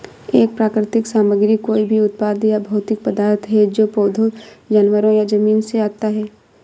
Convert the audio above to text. एक प्राकृतिक सामग्री कोई भी उत्पाद या भौतिक पदार्थ है जो पौधों, जानवरों या जमीन से आता है